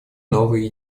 новые